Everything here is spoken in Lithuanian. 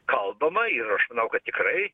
kalbama ir aš manau kad tikrai